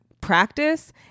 practice